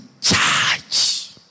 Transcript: charge